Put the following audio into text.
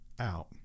out